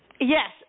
Yes